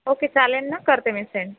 okay चालेल ना करते मी सेंड